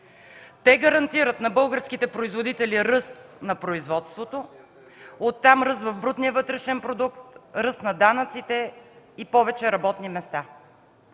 Те гарантират на българските производители ръст на производството, оттам – ръст в брутния вътрешен продукт, ръст на данъците и повече работни места.